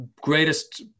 greatest